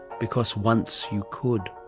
because once you could!